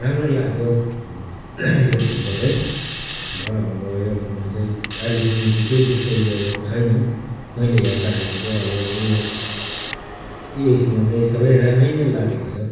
राम्रो लाग्यो यो फोनको चाहिँ र अब यो फोनमा चाहिँ अहिलेसम्म चाहिँ केही त्यस्तो उयो छैन मैले हेर्दाखेरि चाहिँ अब उयो यसमा चाहिँ सबै राम्रै नै लागेको छ